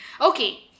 Okay